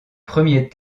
premier